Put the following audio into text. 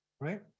right